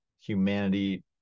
humanity